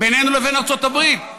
בינינו לבין ארצות הברית.